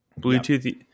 Bluetooth